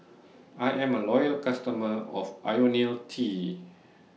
I'm A Loyal customer of Ionil T